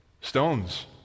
stones